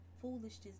foolishness